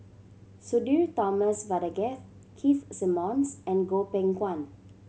Sudhir Thomas Vadaketh Keith Simmons and Goh Beng Kwan